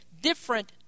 different